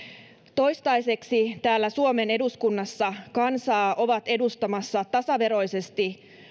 toistaiseksi täällä suomen eduskunnassa kansaa ovat edustamassa tasaveroisesti